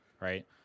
right